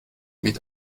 mit